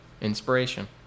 Inspiration